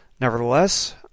Nevertheless